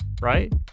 right